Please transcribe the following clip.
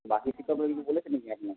বাকি শিক্ষকরা কি কিছু বলেছে নাকি আপনাকে